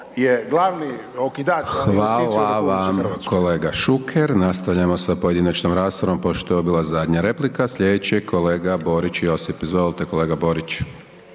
Hvala vam kolega Šuker. Nastavljamo sa pojedinačnom raspravom pošto je ovo bila zadnja replika. Slijedeći je kolega Borić Josip. Izvolite kolega Borić.